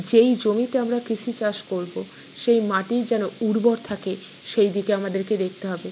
যেই জমিতে আমরা কৃষি চাষ করব সেই মাটি যেন উর্বর থাকে সেই দিকে আমাদেরকে দেখতে হবে